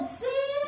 see